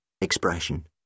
expression